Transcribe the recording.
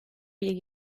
bir